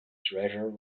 treasure